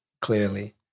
clearly